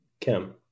Cam